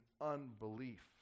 unbelief